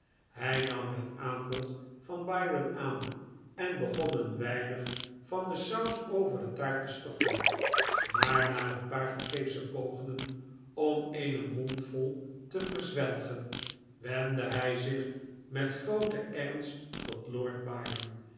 hij nam het aanbod van byron aan en begon een weinig van de saus over de taart testorten maar na een paar vergeefsche pogingen om eene mondvol te verzwelgen wendde hij zich met grooten ernst tot lord byron